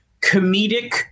comedic